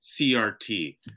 CRT